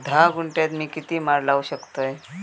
धा गुंठयात मी किती माड लावू शकतय?